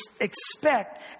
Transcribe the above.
expect